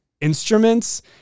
instruments